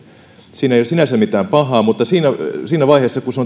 siinä ei ole sinänsä mitään pahaa mutta siinä siinä vaiheessa kun